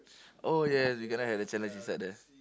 oh yes you cannot have the challenge inside there